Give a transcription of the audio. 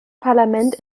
parlament